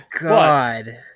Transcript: god